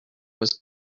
was